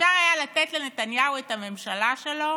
אפשר היה לתת לנתניהו את הממשלה שלו